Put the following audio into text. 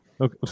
Okay